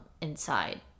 inside